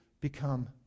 become